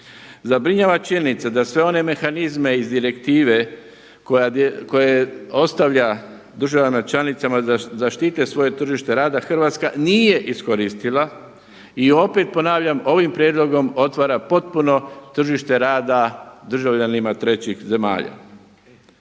Zabrinjava činjenica da sve one mehanizme iz direktive koja ostavlja državama članicama da štite svoje tržište rada Hrvatska nije iskoristila. I opet ponavljam, ovim prijedlogom otvara potpuno tržište rada državljanima trećih zemalja.